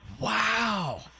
Wow